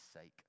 sake